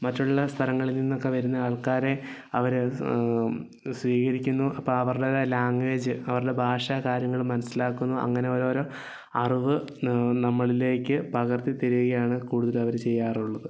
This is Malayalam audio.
മറ്റുള്ള സ്ഥലങ്ങളിൽ നിന്നൊക്കെ വരുന്ന ആൾക്കാരെ അവരെ സ്വീകരിക്കുന്നു അപ്പോൾ അവരുടേതായ ലാംഗ്വേജ് അവരുടെ ഭാഷ കാര്യങ്ങളും മനസ്സിലാക്കുന്നു അങ്ങനെ ഓരോരോ അറിവ് നമ്മളിലേക്ക് പകർത്തി തരികയാണ് കൂടുതലും അവർ ചെയ്യാറുള്ളത്